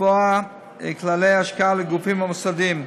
לקבוע כללי השקעה לגופים המוסדיים.